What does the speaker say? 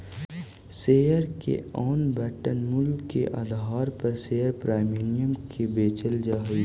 share के आवंटन मूल्य के आधार पर शेयर प्रीमियम के बेचल जा हई